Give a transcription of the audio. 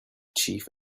chief